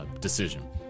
decision